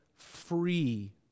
free